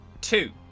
two